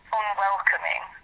unwelcoming